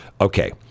Okay